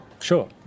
sure